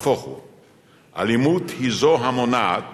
נהפוך הוא, אלימות היא זו המונעת